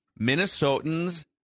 Minnesotans